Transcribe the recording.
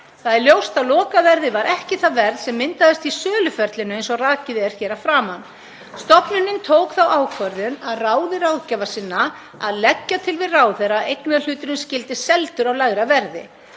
móti er ljóst að lokaverðið var ekki það verð sem myndaðist í söluferlinu eins og rakið er hér að framan. Stofnunin tók þá ákvörðun, að ráði ráðgjafa sinna, að leggja til við ráðherra að eignarhluturinn skyldi seldur á lægra verði